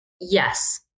Yes